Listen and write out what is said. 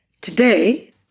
Today